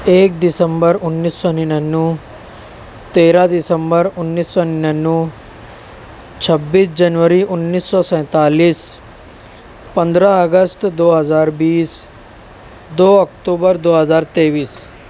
ایک دسمبر انیس سو نینیانوے تیرہ دسمبر انیس سو نینیانوے چھبیس جنوری انیس سو سینتالیس پندرہ اگست دو ہزار بیس دو اکتوبر دو ہزار تئیس